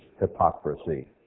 hypocrisy